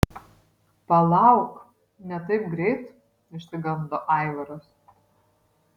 palauk ne taip greit išsigando aivaras